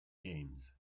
games